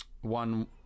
one